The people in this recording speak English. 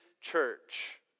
church